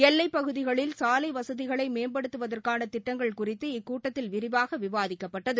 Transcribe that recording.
எல்லைப்பகுதிகளில் சாலை வசதிகளை மேம்படுத்துவதற்கான திட்டங்கள் குறித்து இக்கூட்டத்தில் விரிவாக விவாதிக்கப்பட்டது